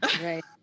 right